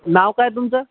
नाव काय तुमचं